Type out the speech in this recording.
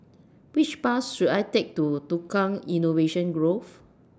Which Bus should I Take to Tukang Innovation Grove